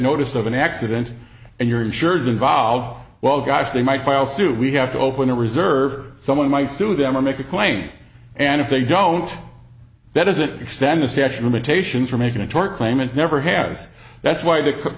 notice of an accident and your insurers involved well gosh they might file suit we have to open a reserve or someone might sue them or make a claim and if they don't that doesn't extend the session limitations for making a tort claim and never has that's why the